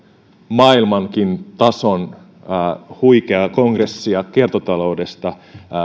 maailmankin tason huikeaa kongressia kiertotaloudesta